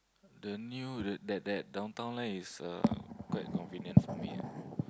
the new that that that Downtown Line is uh quite convenient for me ah